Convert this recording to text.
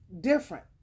different